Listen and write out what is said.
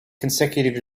consecutive